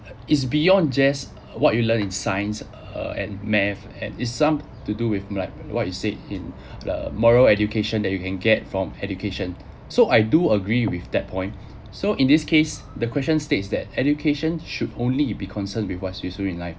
is beyond just uh what you learn in science err and math and it's some~ to do with like what you said in the moral education that you can get from education so I do agree with that point so in this case the question states that education should only be concerned with what is useful in life